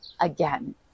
Again